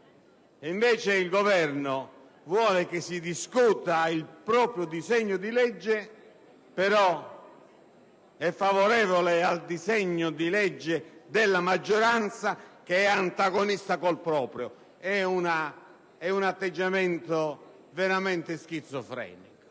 un lato il Governo vuole che si discuta il proprio disegno di legge, dall'altro è però favorevole al disegno di legge della maggioranza, che è antagonista rispetto al proprio. È un atteggiamento veramente schizofrenico.